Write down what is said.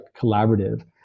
collaborative